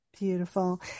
Beautiful